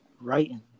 writing